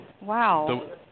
Wow